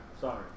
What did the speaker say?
Sorry